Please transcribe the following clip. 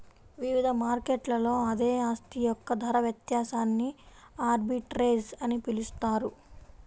వివిధ మార్కెట్లలో అదే ఆస్తి యొక్క ధర వ్యత్యాసాన్ని ఆర్బిట్రేజ్ అని పిలుస్తారు